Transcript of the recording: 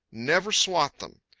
never swat them.